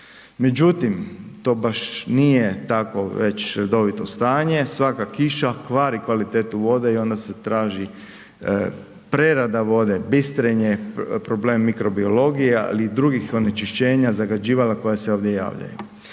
Međutim, to baš nije tako već redovito stanje, svaka kiša kvari kvalitetu vode i onda se traži prerada vode, bistrenje, problem mikrobiologije, ali i drugih onečišćenja, zagađivala koja se ovdje javljaju